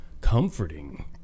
comforting